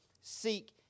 seek